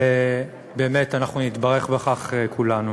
באמת אנחנו נתברך בכך כולנו.